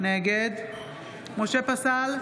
נגד משה פסל,